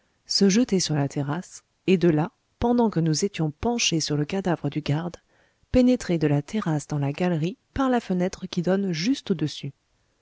se jeter sur la terrasse et de là pendant que nous étions penchés sur le cadavre du garde pénétrer de la terrasse dans la galerie par la fenêtre qui donne juste au-dessus